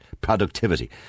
productivity